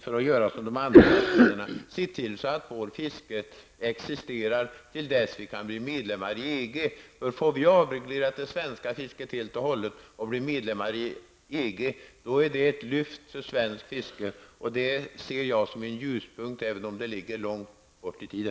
för att göra såsom andra nationer har gjort. Vi borde ha sett till att vårt fiske existerar tills vi kan bli medlemmar i EG. Får vi det svenska fisket avreglerat helt och hållet och blir medlemmar i EG, då blir det ett lyft för svenskt fiske. Det ser jag som en ljuspunkt, även om det ligger långt borta i tiden.